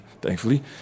thankfully